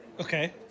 Okay